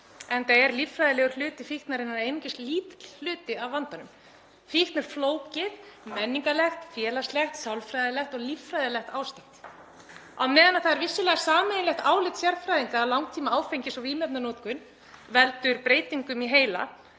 enda er líffræðilegur hluti fíknarinnar einungis lítill hluti af vandanum. Fíkn er flókið menningarlegt, félagslegt, sálfræðilegt og líffræðilegt ástand. Á meðan það er vissulega sameiginlegt álit sérfræðinga að langtímaáfengis- og vímuefnanotkun valdi breytingum í heila